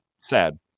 sad